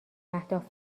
اهداف